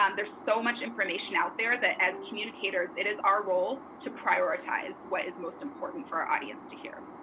um there's so much information out there, that as communicators, it is our role to prioritize what is most important for our audience to hear.